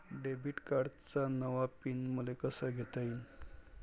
Debit कार्डचा नवा PIN मले कसा घेता येईन?